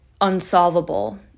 unsolvable